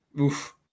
Oof